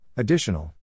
Additional